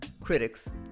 critics